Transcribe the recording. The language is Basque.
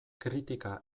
kritika